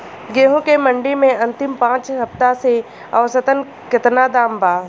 गेंहू के मंडी मे अंतिम पाँच हफ्ता से औसतन केतना दाम बा?